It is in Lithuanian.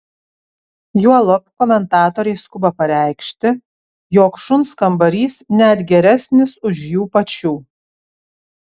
juolab komentatoriai skuba pareikši jog šuns kambarys net geresnis už jų pačių